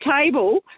table